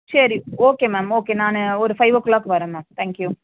சரி okay ma'am okay நான் ஒரு ஃபைவ் ஓ க்ளாக் வரேன் மேம் தேங்க் யூ